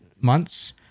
months